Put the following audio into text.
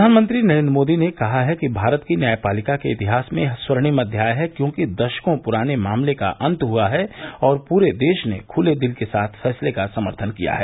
प्रधानमंत्री नरेन्द्र मोदी ने कहा है कि भारत की न्यायपालिका के इतिहास में यह स्वर्णिम अध्याय है क्योंकि दशकों पुराने मामले का अंत हुआ है और पूरे देश ने खुले दिल के साथ फैसले का समर्थन किया है